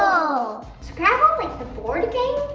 scrabble like the board game?